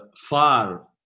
far